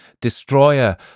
Destroyer